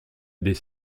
des